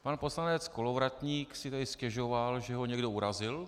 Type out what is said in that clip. Pan poslanec Kolovratník si tady stěžoval, že ho někdo urazil.